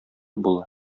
була